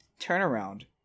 turnaround